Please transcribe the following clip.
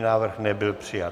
Návrh nebyl přijat.